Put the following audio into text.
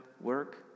work